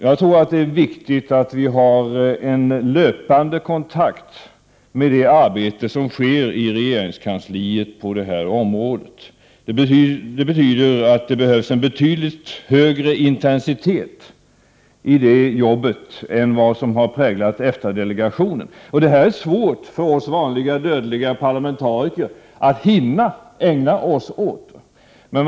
Jag tror att det är viktigt att vi har löpande kontakter med regeringskansliet om arbetet på detta område. Det betyder att det behövs en betydligt högre intensitet i arbetet än vad som präglade EFTA-delegationens arbete. Det är svårt för oss vanliga dödliga parlamentariker att hinna ägna oss åt det.